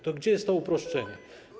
To gdzie jest to uproszczenie?